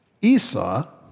Esau